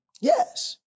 Yes